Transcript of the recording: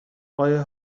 آیا